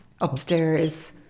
upstairs